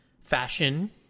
fashion